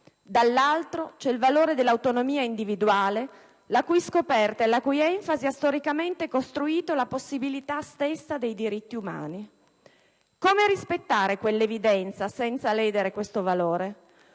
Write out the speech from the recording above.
dall'altro c'è il valore dell'autonomia individuale la cui scoperta e la cui enfasi ha storicamente costruito la possibilità stessa dei diritti umani. Come rispettare quella evidenza senza ledere questo valore?